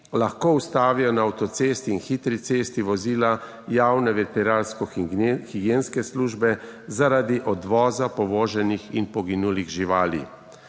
lahko ustavijo na avtocesti in hitri cesti vozila Javne veterinarske higienske službe zaradi odvoza povoženih in poginulih živali.